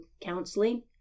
counseling